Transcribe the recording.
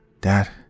Dad